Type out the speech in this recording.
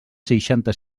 seixanta